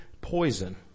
poison